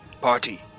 party